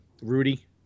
Rudy